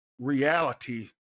reality